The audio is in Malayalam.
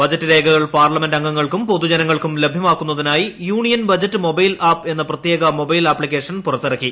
ബജറ്റ് രേഖകൾ പാർലമെന്റംഗങ്ങൾക്കും പൊതുജനങ്ങൾക്കും ലഭ്യമാക്കുന്നതിനായി യൂണിയൻ ബജറ്റ് മൊബൈൽ ആപ്പ് എന്ന പ്രത്യേക മൊബൈൽ ആപ്തിക്കേഷൻ പുറത്തിറക്കി